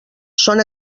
són